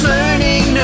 Learning